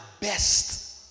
best